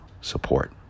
support